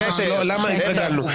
התרגלנו.